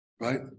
right